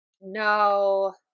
No